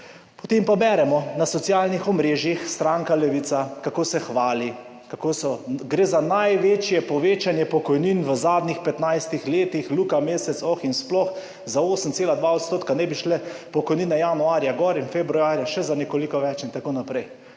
Potem pa beremo na socialnih omrežjih, kako se stranka Levica hvali, kako gre za največje povečanje pokojnin v zadnjih 15 letih. Luka Mesec, oh in sploh, za 8,2 % naj bi šle pokojnine januarja gor in februarja še za nekoliko več in tako naprej.